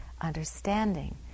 understanding